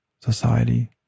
society